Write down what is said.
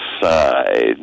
side